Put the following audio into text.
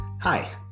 Hi